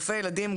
רופאי ילדים,